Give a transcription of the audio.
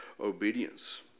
obedience